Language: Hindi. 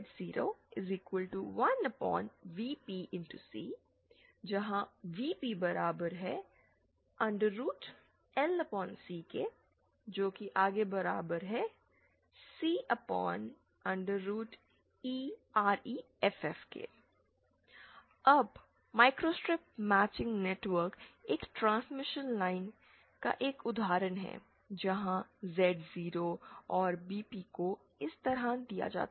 Z0 1VpC Vp LC Creff अब माइक्रोस्ट्रिप मैचिंग नेटवर्क एक ट्रांसमिशन लाइन का एक उदाहरण है जहां Z0 और BP को इस तरह दिया जाता है